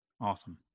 Awesome